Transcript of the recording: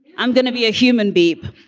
i'm going to be a human beep.